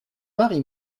mari